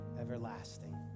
everlasting